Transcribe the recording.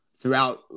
throughout